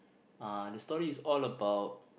uh the story is all about